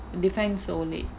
define so late